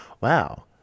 Wow